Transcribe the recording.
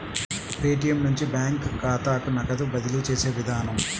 Paytm నుంచి bank ఖాతాకు నగదు బదిలీ చేసే విధానం